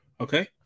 Okay